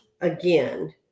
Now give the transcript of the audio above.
again